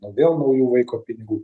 daugiau naujų vaiko pinigų